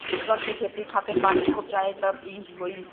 सन के खेती खातिर पानी खूब चाहेला तबे इ होई